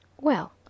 Well